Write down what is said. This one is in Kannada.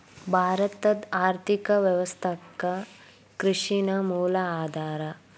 ಭಾರತದ್ ಆರ್ಥಿಕ ವ್ಯವಸ್ಥಾಕ್ಕ ಕೃಷಿ ನ ಮೂಲ ಆಧಾರಾ